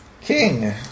King